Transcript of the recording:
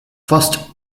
first